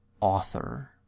author